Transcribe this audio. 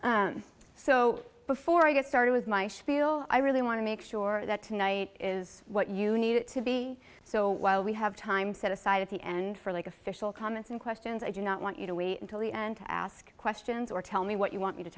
e so before i get started with my spiel i really want to make sure that tonight is what you need it to be so while we have time set aside at the end for like official comments and questions i do not want you to wait until the end to ask questions or tell me what you want